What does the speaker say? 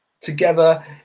together